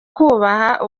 kubaha